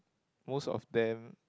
most of them